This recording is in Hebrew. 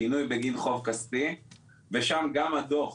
פינוי בגין חוב כספי ושם גם הדוח,